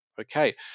okay